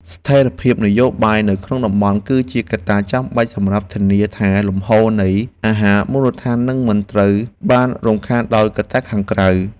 ស្ថិរភាពនយោបាយនៅក្នុងតំបន់ គឺជាកត្តាចាំបាច់សម្រាប់ធានាថាលំហូរនៃអាហារមូលដ្ឋាននឹងមិនត្រូវបានរំខានដោយកត្តាខាងក្រៅ។